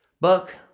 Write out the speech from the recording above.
Buck